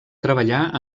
treballar